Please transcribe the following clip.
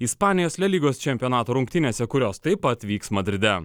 ispanijos le lygos čempionato rungtynėse kurios taip pat vyks madride